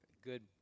good